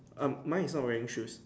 um mine is not wearing shoes